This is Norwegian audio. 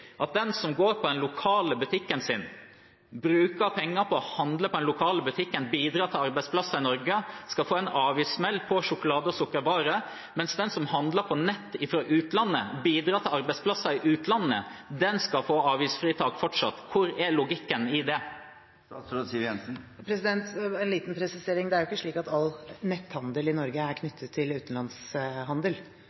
at den som går på den lokale butikken sin – bruker penger på å handle på den lokale butikken og bidrar til arbeidsplasser i Norge – skal få en avgiftssmell på sjokolade og sukkervarer, mens den som handler på nett fra utlandet, og bidrar til arbeidsplasser i utlandet, fortsatt skal få avgiftsfritak? Hvor er logikken i det? En liten presisering: Det er ikke slik at all netthandel i Norge er